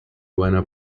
buena